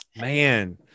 man